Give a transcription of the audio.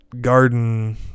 garden